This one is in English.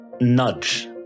nudge